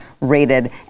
rated